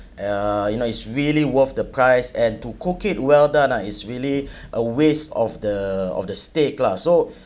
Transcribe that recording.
uh you know it's really worth the price and to cook it well done ah is really a waste of the of the steak lah so